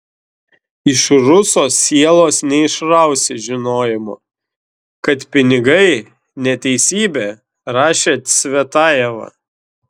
iš ruso sielos neišrausi žinojimo kad pinigai neteisybė rašė cvetajeva